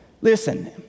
listen